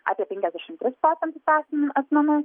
apie penkiasdešim tris procentus asmen asmenų